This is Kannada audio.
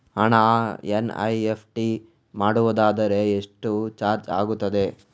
ಹಣ ಎನ್.ಇ.ಎಫ್.ಟಿ ಮಾಡುವುದಾದರೆ ಎಷ್ಟು ಚಾರ್ಜ್ ಆಗುತ್ತದೆ?